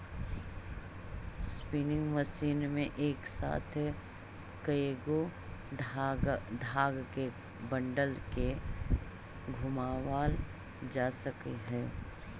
spinning machine में एक साथ कएगो धाग के बंडल के घुमावाल जा सकऽ हई